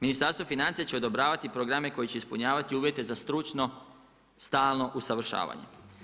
Ministarstvo financija će odobravati programe koji će ispunjavati uvjete za stručno stalno usavršavanje.